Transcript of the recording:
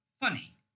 funny